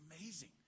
amazing